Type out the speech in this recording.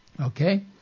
Okay